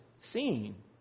seen